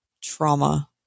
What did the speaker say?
trauma